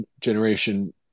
generation